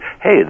hey